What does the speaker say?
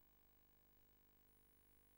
תודה.